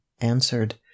answered